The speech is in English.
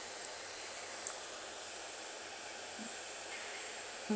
mm